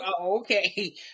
Okay